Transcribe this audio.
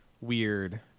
weird